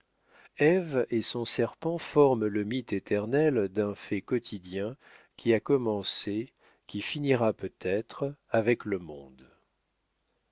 et son serpent forment le mythe éternel d'un fait quotidien qui a commencé qui finira peut-être avec le monde